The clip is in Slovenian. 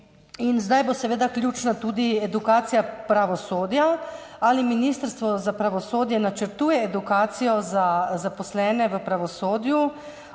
Zdaj bo seveda ključna tudi edukacija pravosodja. Ali Ministrstvo za pravosodje načrtuje izobraževanja za zaposlene v pravosodju